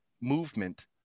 movement